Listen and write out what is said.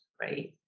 right